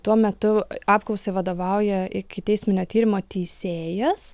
tuo metu apklausai vadovauja ikiteisminio tyrimo teisėjas